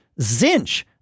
Zinch